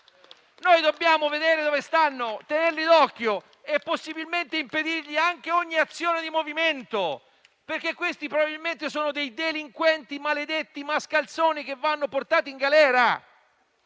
Noi dobbiamo vedere dove sono, tenerli d'occhio e possibilmente impedirgli ogni azione di movimento, perché si tratta probabilmente di delinquenti, maledetti, mascalzoni che vanno portati in galera.